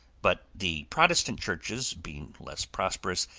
but the protestant churches, being less prosperous,